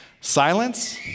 silence